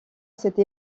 cette